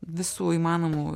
visų įmanomų